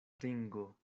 ringo